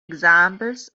examples